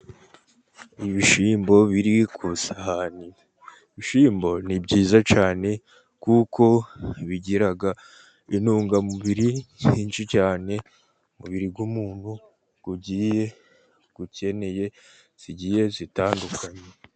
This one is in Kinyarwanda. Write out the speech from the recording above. Ibishyimbo biri ku isahani, ibishyimbo ni byiza cyane kuko bigiraga intungamubiri nyinshi cyane mubiri umuntuntu ugiye gukeneye zigiye zitandukanye.